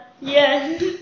Yes